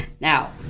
Now